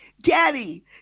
Daddy